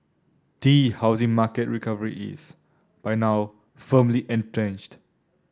tea housing market recovery is by now firmly entrenched